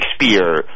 Shakespeare